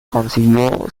consiguió